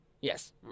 Yes